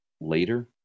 later